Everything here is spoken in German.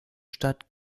stadt